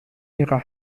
ihrer